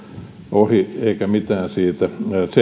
ohi eikä mitään siitä seuraa